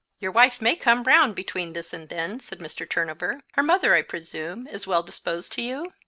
your wife may come round between this and then, said mr. turnover. her mother, i presume, is well disposed to you?